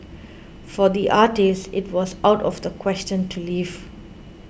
for the artist it was out of the question to leave